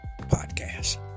podcast